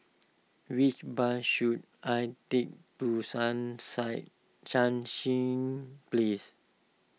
which bus should I take to Sun Sai Sunshine Place